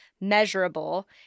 measurable